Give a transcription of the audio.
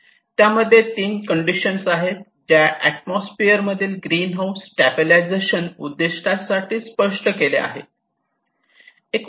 त्यामध्ये 3 काँडिशन्स आहेत ज्या आत्मोसपियर मधील ग्रीनहाऊस गॅस स्टॅबिलिझशन उद्दीष्ट्यासाठी स्पष्ट केल्या आहेत